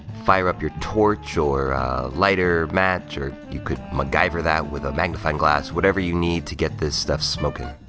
fire up your torch or lighter, match, or you could macgyver that with a magnifying glass, whatever you need to get this stuff smoking.